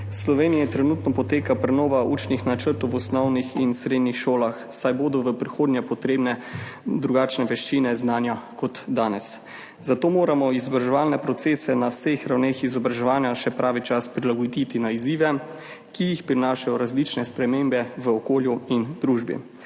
V Sloveniji trenutno poteka prenova učnih načrtov v osnovnih in srednjih šolah, saj bodo v prihodnje potrebne drugačne veščine znanja kot danes, zato moramo izobraževalne procese na vseh ravneh izobraževanja še pravi čas prilagoditi na izzive, ki jih prinašajo različne spremembe v okolju in družbi.